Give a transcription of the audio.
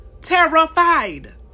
Terrified